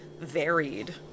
varied